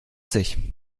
sich